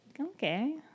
okay